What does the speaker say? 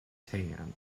tan